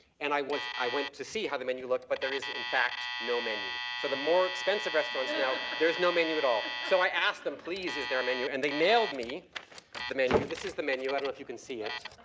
and i was, i went to see how the menu looked, but there is in fact no menu. so the more expensive restaurants now there is no menu at all. so i asked them, please is there a menu and they mailed me the menu. but this is the menu, i don't know if you can see it.